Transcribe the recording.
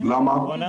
למה?